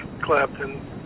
Clapton